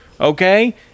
Okay